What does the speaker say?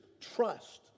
trust